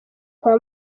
kwa